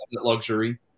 luxury